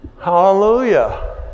Hallelujah